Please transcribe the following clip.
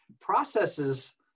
processes